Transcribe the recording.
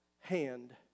hand